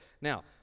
Now